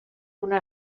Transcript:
una